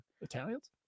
italians